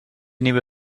nieuwe